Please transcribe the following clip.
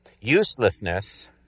Uselessness